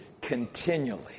continually